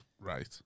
Right